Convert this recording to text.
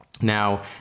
Now